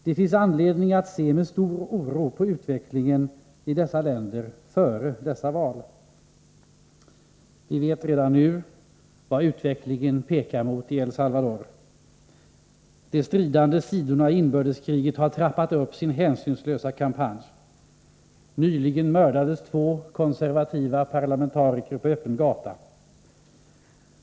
Det finns anledning att se med stor oro på utvecklingen i El Salvador och Nicaragua före dessa val. Vi vet redan nu vad utvecklingen pekar mot i El Salvador. De stridande sidorna i inbördeskriget har trappat upp sin hänsynslösa kampanj. Nyligen mördades två konservativa parlamentariker på öppen gata.